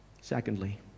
Secondly